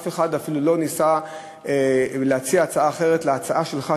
אף אחד לא ניסה להציע הצעה אחרת מהצעה שלך,